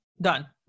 Done